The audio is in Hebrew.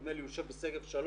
נדמה לי שהוא יושב בשגב שלום,